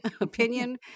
opinion